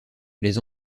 les